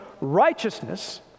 righteousness